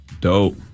Dope